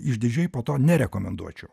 išdidžiai po to nerekomenduočiau